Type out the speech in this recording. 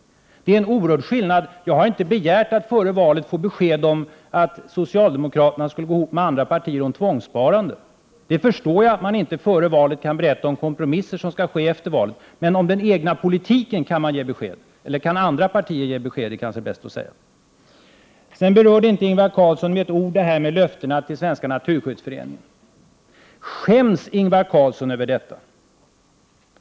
Det är en oerhörd skillnad. Jag har inte begärt att före valet få besked om huruvida socialdemokraterna skulle gå ihop med andra partier om tvångssparande. Jag förstår att man inte före valet kan berätta om kompromisser som kommer att ske efter valet. Men om den egna politiken kan man ge besked — kan andra partier ge besked, är det kanske bäst att säga. Ingvar Carlsson berörde inte med ett ord löftena till Svenska naturskyddsföreningen. Skäms Ingvar Carlsson över detta?